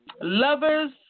Lovers